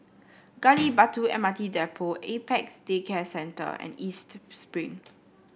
Gali Batu M R T Depot Apex Day Care Centre and East Spring